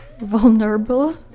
vulnerable